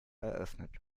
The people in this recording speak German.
eröffnet